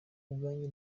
ubwanjye